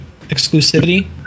exclusivity